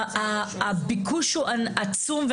הביקוש הוא עצום.